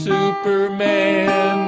Superman